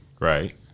Right